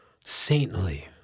saintly